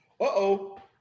Uh-oh